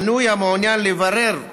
מנוי המעוניין לברר